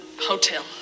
hotel